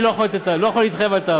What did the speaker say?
אני לא יכול להתחייב על תאריך.